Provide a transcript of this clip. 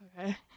Okay